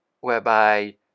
whereby